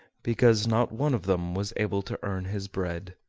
because not one of them was able to earn his bread.